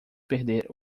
perder